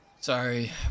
Sorry